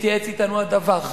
התייעץ אתנו הדווח,